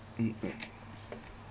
mm